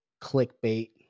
clickbait